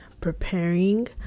preparing